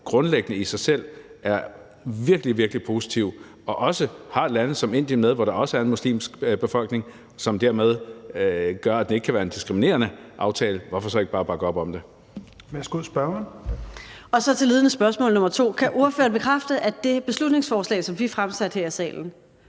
grundlæggende i sig selv er virkelig, virkelig positiv og også har lande som Indien med, hvor der også er en muslimsk befolkning, som dermed gør, at det ikke kan være en diskriminerende aftale, hvorfor så ikke bare bakke op om det? Kl. 12:25 Fjerde næstformand (Rasmus Helveg Petersen): Værsgo, spørgeren.